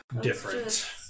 different